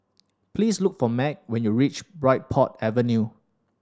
please look for Meg when you reach Bridport Avenue